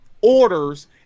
orders